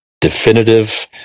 definitive